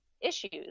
issues